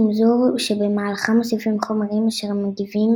חמזור שבמהלכה מוספים חומרים אשר מגיבים